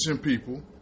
people